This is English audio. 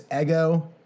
ego